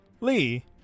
Lee